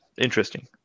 Interesting